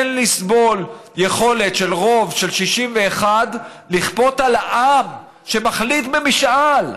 אין לסבול יכולת של רוב של 61 לכפות על עם שמחליט במשאל.